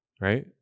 right